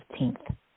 15th